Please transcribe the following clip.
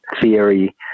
theory